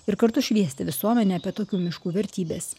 ir kartu šviesti visuomenę apie tokių miškų vertybes